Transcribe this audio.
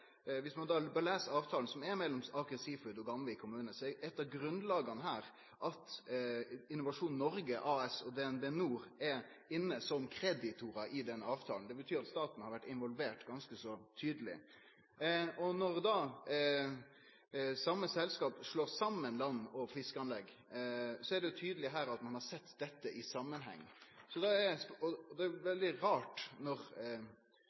Viss ein berre les avtalen som er mellom Aker Seafoods og Gamvik kommune, er eit av grunnlaga her at Innovasjon Norge AS og DnB NOR er inne som kreditorar i den avtalen. Det betyr at staten har vore involvert ganske så tydeleg. Når da det same selskapet slår saman land- og fiskeanlegg, er det tydeleg at ein har sett dette i samanheng. Da er det veldig rart når ministeren påstår at dette er ei rein juridisk vurdering, for det